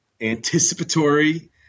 anticipatory